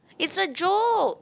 it's a joke